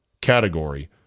category